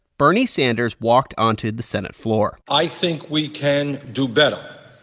bernie sanders walked onto the senate floor i think we can do better.